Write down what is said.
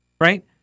right